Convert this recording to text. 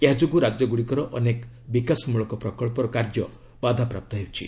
ଏହା ଯୋଗୁଁ ରାଜ୍ୟଗୁଡ଼ିକର ଅନେକ ବିକାଶମ୍ବଳକ ପ୍ରକନ୍ସର କାର୍ଯ୍ୟ ବାଧାପ୍ରାପ୍ତ ହେଉଛି